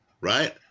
Right